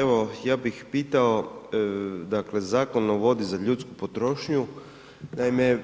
Evo ja bih pitao, dakle Zakon o vodi za ljudsku potrošnju, naime,